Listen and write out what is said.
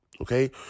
Okay